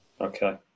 Okay